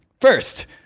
first